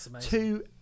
two